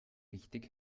richtig